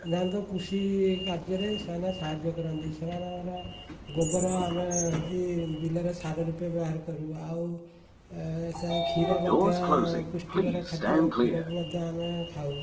ସାଧାରଣତ କୃଷି କାର୍ଯ୍ୟରେ ସେମାନେ ସାହାଯ୍ୟ କରନ୍ତି ସେମାନଙ୍କର ଗୋବର ଆମେ ହେଉଛି ବିଲରେ ସାର ରୂପେ ବ୍ୟବହାର କରୁ ଆଉ କ୍ଷୀର ମଧ୍ୟ ପୃଷ୍ଟିକର ଖାଦ୍ୟ କ୍ଷୀରକୁ ମଧ୍ୟ ଆମେ ଖାଉ